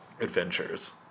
adventures